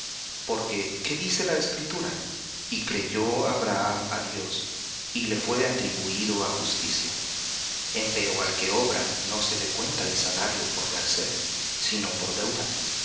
porque qué dice la escritura y creyó abraham á dios y le fué atribuído á justicia empero al que obra no se le cuenta el salario por merced sino por deuda